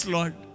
Lord